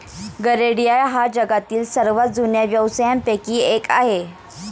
गरेडिया हा जगातील सर्वात जुन्या व्यवसायांपैकी एक आहे